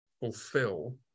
fulfill